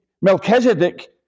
Melchizedek